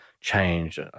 change